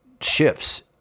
shifts